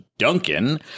Duncan